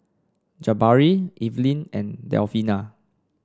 Jabari Evelyn and Delfina